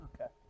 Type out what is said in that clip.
okay